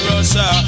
Russia